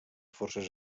forces